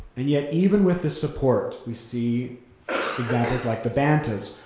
and yet even with the support we see examples like the bantas,